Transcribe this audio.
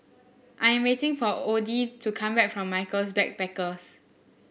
I am waiting for Odie to come back from Michaels Backpackers